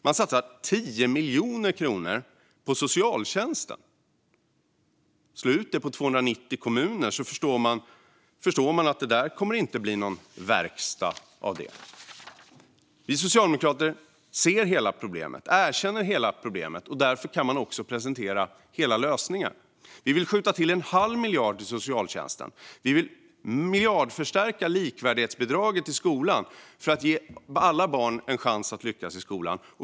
De satsar 10 miljoner kronor på socialtjänsten. Om man slår ut det på 290 kommuner förstår man att det inte kommer att bli någon verkstad av detta. Vi socialdemokrater ser hela problemet och erkänner hela problemet. Därför kan vi också presentera hela lösningen. Vi vill skjuta till en halv miljard till socialtjänsten. Vi vill miljardförstärka likvärdighetsbidraget till skolan för att ge alla barn en chans att lyckas i skolan.